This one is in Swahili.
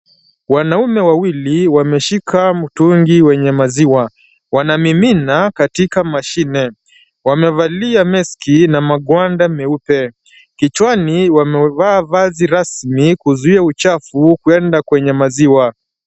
Wanaume wawili wameshika mtungi wenye maziwa. Wanamimina katika mashine. Wamevalia maski na maguada meupe. Kichwani wamevaa vazi rasmi kuzuia uchafu kuenda kwenye maziwa.